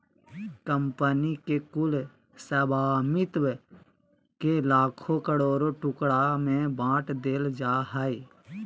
company के कुल स्वामित्व के लाखों करोड़ों टुकड़ा में बाँट देल जाय हइ